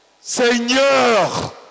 Seigneur